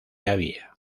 había